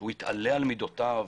שיתעלה על מידותיו?